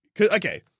Okay